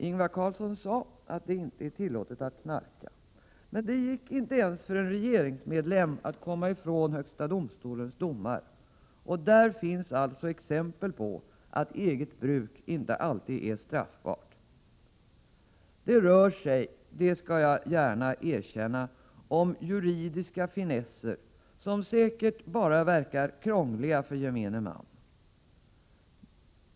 Ingvar Carlsson sade att det inte är tillåtet att knarka. Men det gick inte ens för en regeringsmedlem att komma ifrån högsta domstolens domar, och där finns det alltså exempel på att eget bruk inte alltid är straffbart. Det rör sig, det skall jag gärna erkänna, om juridiska finesser som säkert bara verkar krångliga för gemene man.